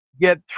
get